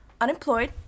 unemployed